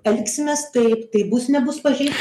elgsimės taip tai bus nebus pažeist